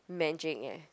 magic ya